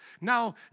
Now